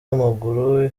w’amaguru